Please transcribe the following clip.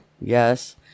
Yes